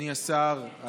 אדוני השר,